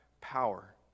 power